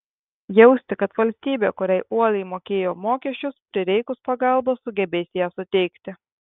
jausti kad valstybė kuriai uoliai mokėjo mokesčius prireikus pagalbos sugebės ją suteikti